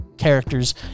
characters